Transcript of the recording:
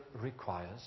requires